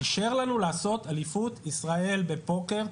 הוא אישר לנו לעשות אליפות ישראל בפוקר,